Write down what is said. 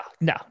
no